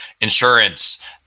insurance